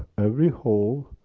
every hole,